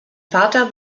vater